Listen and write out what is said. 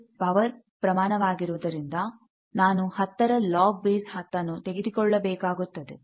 ಇದು ಪವರ್ ಪ್ರಮಾಣ ವಾಗಿರುವುದರಿಂದ ನಾನು 10 ರ ಲಾಗ್ ಬೇಸ್ 10 ಅನ್ನು ತೆಗೆದುಕೊಳ್ಳಬೇಕಾಗುತ್ತದೆ